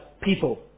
people